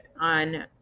on